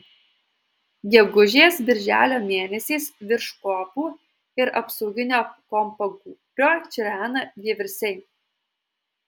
gegužės birželio mėnesiais virš kopų ir apsauginio kopagūbrio čirena vieversiai